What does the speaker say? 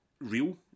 real